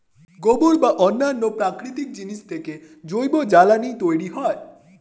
গোবর এবং অন্যান্য প্রাকৃতিক জিনিস থেকে জৈব জ্বালানি তৈরি হয়